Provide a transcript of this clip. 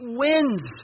wins